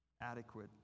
adequate